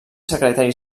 secretari